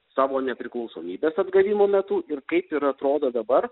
savo nepriklausomybės atgavimo metu ir kaip ir atrodo dabar